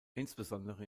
insbesondere